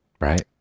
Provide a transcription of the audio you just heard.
Right